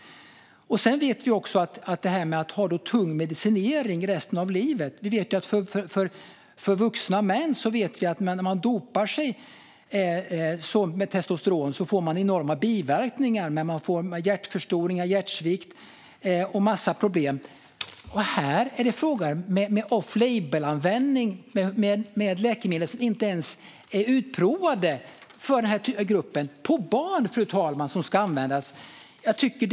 Sedan är det frågan om tung medicinering resten av livet. Vi vet att vuxna män som dopar sig med testosteron får enorma biverkningar. De får hjärtförstoring, hjärtsvikt och en mängd problem. Här är det fråga om off-label-användning av läkemedel som inte ens är utprovade för gruppen, och de ska användas på barn!